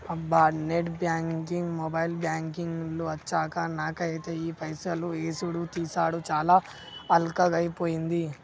అబ్బా net banking mobile banking లు అచ్చాక నాకైతే ఈ పైసలు యేసుడు తీసాడు చాలా అల్కగైపోయింది